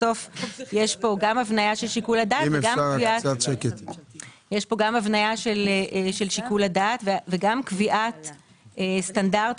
בסוף יש פה גם הבנייה של שיקול הדעת וגם קביעת סטנדרטים.